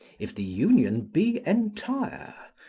if the union be entire,